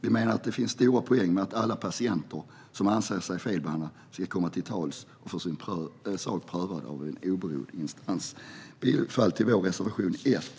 Vi menar att det finns en stor poäng med att alla patienter som anser sig felbehandlade ska komma till tals och få sin sak prövad av en oberoende instans. Jag yrkar bifall till vår reservation 1.